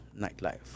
nightlife